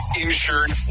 insured